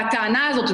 והטענה הזאת,